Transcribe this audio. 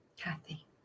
Kathy